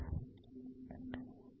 તો નીચે ડાયાગ્રામમાં અહી બતાવેલ છે